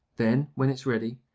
then, when it's ready,